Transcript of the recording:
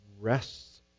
rests